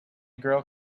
girl